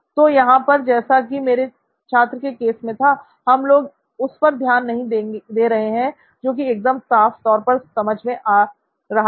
तो यहां पर जैसे कि मेरे छात्र के केस में था हम लोग उस पर ध्यान नहीं दे रहे हैं जो कि एकदम साफ तौर पर समझ में आ रहा है